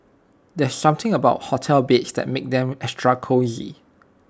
there's something about hotel beds that makes them extra cosy